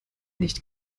nicht